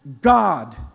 God